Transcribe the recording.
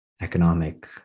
economic